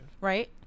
right